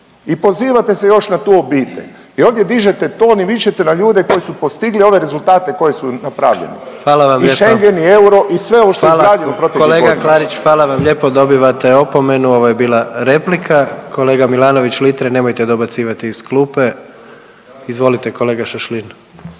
I pozivate se još na tu obitelj. I ovdje dižete ton i vičete na ljude koji su postigli ove rezultate koje su napravljeni. …/Upadica: Hvala vam lijepa./… I Schengen i euro i sve ovo što je izgrađeno proteklih godina. **Jandroković, Gordan (HDZ)** Hvala, kolega Klarić hvala vam lijepo, dobivate opomenu ovo je bila replika. Kolega Milanović Litre nemojte dobacivati iz klupe. Izvolite kolega Šašlin.